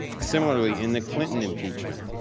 similarly in the clinton impeachment,